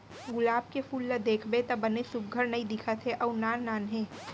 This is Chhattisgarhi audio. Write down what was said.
गुलाब के फूल ल देखबे त बने सुग्घर नइ दिखत हे अउ नान नान हे